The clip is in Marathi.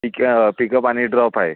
पिक पिकअप आणि ड्रॉप आहे